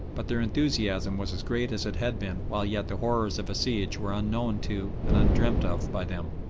but their enthusiasm was as great as it had been while yet the horrors of a siege were unknown to and undreamt of by them.